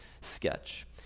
sketch